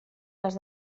les